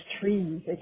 trees